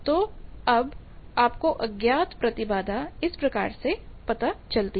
तो अब आप को अज्ञात प्रतिबाधा इस प्रकार से पता चलती है